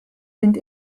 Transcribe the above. sind